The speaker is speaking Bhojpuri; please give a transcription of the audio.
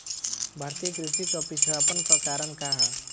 भारतीय कृषि क पिछड़ापन क कारण का ह?